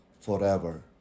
forever